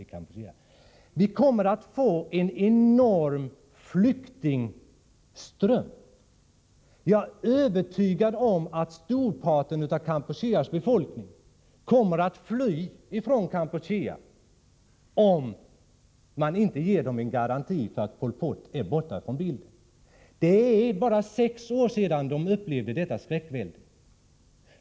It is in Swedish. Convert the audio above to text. Jo, vi kommer att få en enorm flyktingström. Jag är övertygad om att merparten av Kampucheas befolkning kommer att fly från Kampuchea, om man inte ger människorna garanti för att Pol Pot är borta ur bilden. Det är bara sex år sedan de upplevde detta skräckvälde.